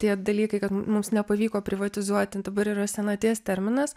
tie dalykai kad mums nepavyko privatizuoti dabar yra senaties terminas